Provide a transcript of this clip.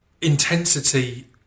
intensity